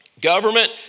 Government